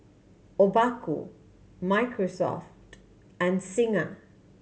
Obaku Microsoft and Singha